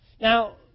Now